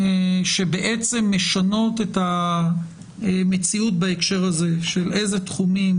שבעצם משנות את המציאות בהקשר הזה של איזה תחומים